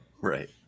right